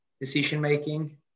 decision-making